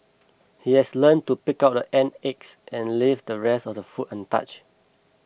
he has learnt to pick out the ant eggs and leave the rest of the food untouched